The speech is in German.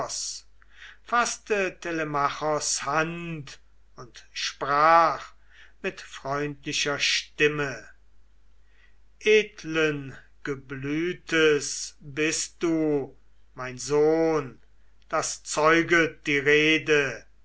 faßte telemachos hand und sprach mit freundlicher stimme edlen geblütes bist du mein sohn das zeuget die rede